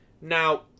Now